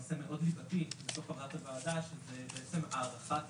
נושא מאוד יוקרתי שזה בערך הערכת